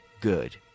good